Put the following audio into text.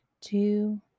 two